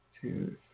two